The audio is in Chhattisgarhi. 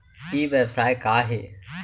ई व्यवसाय का हे?